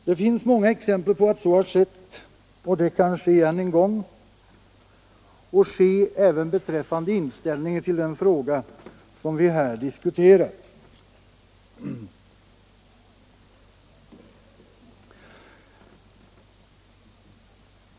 Det finns många exempel på att så har skett, och det kan ske än en gång — även när det gäller inställningen till den fråga som vi här diskuterar.